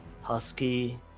husky